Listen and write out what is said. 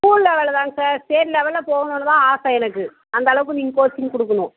school லெவலில் தாங்க sir state லெவலில் போகணும்னு தான் ஆசை எனக்கு அந்த அளவுக்கு நீங்கள் கோச்சிங் கொடுக்குணும்